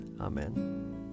Amen